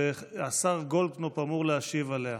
והשר גולדקנופ אמור להשיב עליה.